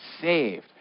saved